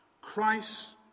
Christ